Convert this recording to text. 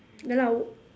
ya lah